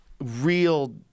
real